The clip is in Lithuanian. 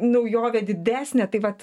naujovė didesnė tai vat